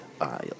aisle